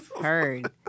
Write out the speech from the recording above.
heard